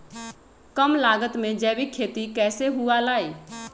कम लागत में जैविक खेती कैसे हुआ लाई?